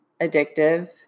addictive